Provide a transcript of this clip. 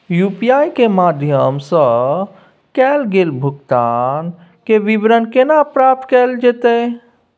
UPI के माध्यम सं कैल गेल भुगतान, के विवरण केना प्राप्त कैल जेतै?